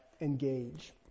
engage